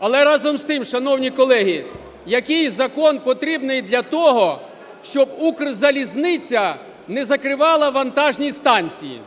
Але разом з тим, шановні колеги, який закон потрібний для того, щоб "Укрзалізниця" не закривала вантажні станції?